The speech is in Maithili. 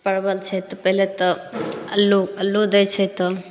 परवल छै तऽ पहिले तऽ अल्लू अल्लू दै छै तब